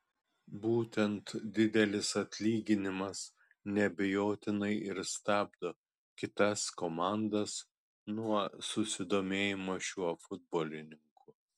būtent didelis atlyginimas neabejotinai ir stabdo kitas komandas nuo susidomėjimo šiuo futbolininku